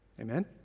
Amen